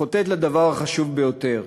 חוטאת לדבר החשוב ביותר,